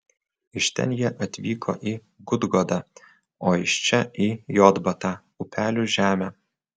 iš ten jie atvyko į gudgodą o iš čia į jotbatą upelių žemę